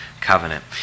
covenant